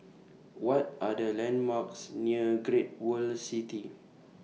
What Are The landmarks near Great World City